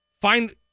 find